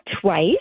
twice